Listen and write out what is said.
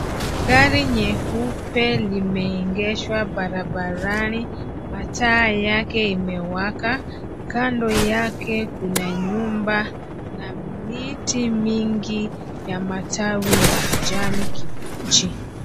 Gari nyeupe limeegeshwa barabarani. Mataa yake imewaka. Kando yake kuna nyumba na miti mingi ya matawi ya kijani kibichi.